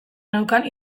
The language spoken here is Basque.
neukan